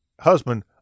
Husband